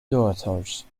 daughters